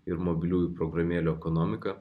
ir mobiliųjų programėlių ekonomiką